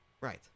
Right